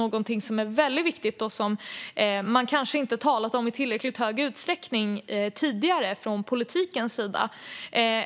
Detta är väldigt viktigt och något som man tidigare kanske inte talat om i tillräckligt stor utsträckning från politikens sida.